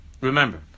remember